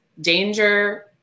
Danger